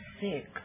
sick